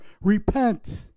repent